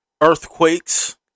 Earthquakes